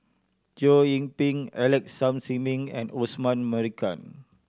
Chow Yian Ping Alex Yam Ziming and Osman Merican